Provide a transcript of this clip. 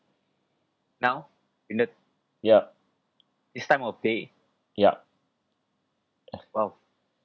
yup yup